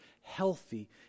healthy